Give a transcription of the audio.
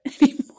anymore